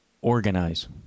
organize